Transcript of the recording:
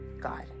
God